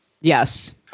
Yes